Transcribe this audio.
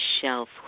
shelf